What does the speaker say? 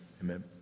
amen